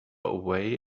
away